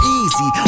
easy